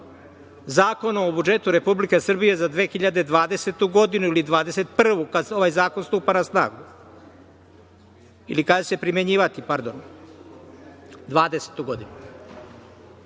Zakonom o budžetu Republike Srbije za 2020. godinu ili 2021. kad ovaj zakon stupa na snagu, ili kada će se primenjivati, pardon, 2020.